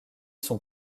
sont